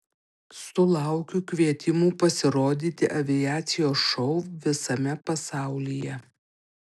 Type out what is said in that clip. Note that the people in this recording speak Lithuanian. sulaukiu kvietimų pasirodyti aviacijos šou visame pasaulyje